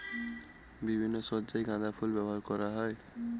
বিভিন্ন সজ্জায় গাঁদা ফুল ব্যবহার হয়